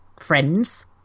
friends